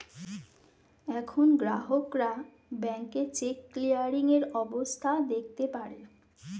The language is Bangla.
এখন গ্রাহকরা ব্যাংকে চেক ক্লিয়ারিং এর অবস্থা দেখতে পারে